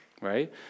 right